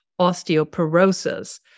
Osteoporosis